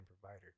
provider